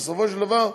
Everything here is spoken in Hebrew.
בסופו של דבר,